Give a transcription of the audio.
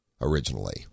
originally